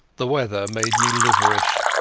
the weather made me liverish,